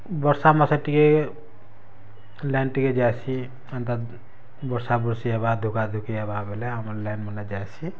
ବର୍ଷା ମାସେ ଟିକେ ଲାଇନ୍ ଟିକେ ଯାଏସି ଏନ୍ତା ବର୍ଷା ବୁର୍ଷି ହେବା ଧୁକା ଧୁକି ହେବା ବେଲେ ଆମର୍ ଲାଇନ୍ ମନେ ଯାଏସି